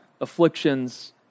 afflictions